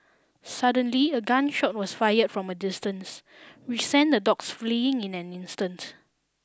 suddenly a gun shot was fired from a distance which sent the dogs fleeing in an instant